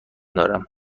دارم